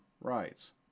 rights